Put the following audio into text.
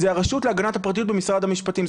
היא הרשות להגנת הפרטיות במשרד המשפטים.